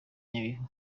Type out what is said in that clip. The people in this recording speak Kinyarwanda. nyabihu